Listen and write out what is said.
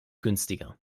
günstiger